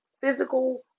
physical